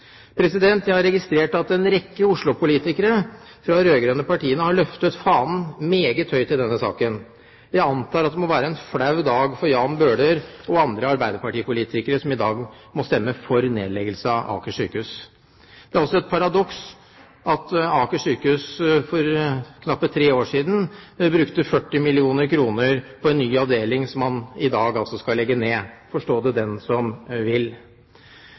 Jeg har registrert at en rekke oslopolitikere fra de rød-grønne partiene har løftet fanen meget høyt i denne saken. Jeg antar at det må være en flau dag for Jan Bøhler og andre arbeiderpartipolitikere som i dag må stemme for nedleggelse av Aker sykehus. Det er også et paradoks at det på Aker, for knappe tre år siden, ble brukt 40 mill. kr på en ny avdeling, som man i dag altså skal legge ned. Forstå det den som vil.